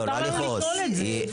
מותר לנו לשאול את זה.